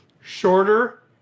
shorter